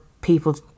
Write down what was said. people